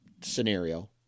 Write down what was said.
scenario